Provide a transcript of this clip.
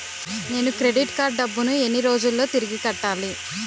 నేను credit card డబ్బును ఎన్ని రోజుల్లో తిరిగి కట్టాలి?